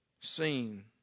seen